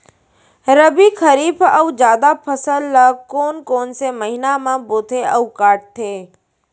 रबि, खरीफ अऊ जादा फसल ल कोन कोन से महीना म बोथे अऊ काटते?